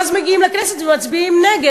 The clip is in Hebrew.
ואז מגיעים לכנסת ומצביעים נגד?